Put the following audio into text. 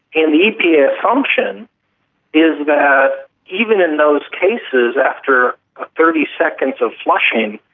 and the epa assumption is that even in those cases after thirty seconds of flushing,